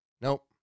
Nope